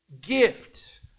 gift